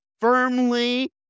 firmly